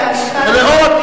זה על משקל,